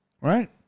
right